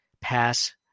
pass